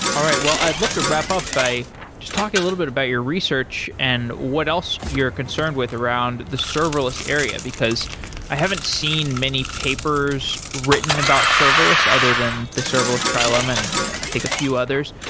all right, well i'd love to wrap up by just talking a little bit about your research and what else you're concerned with around the serverless area. because i haven't seen many papers written about serverless other than the serverless trilema and i think a few others.